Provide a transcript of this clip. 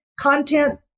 content